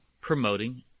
promoting